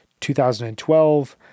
2012